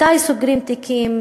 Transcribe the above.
מתי סוגרים תיקים?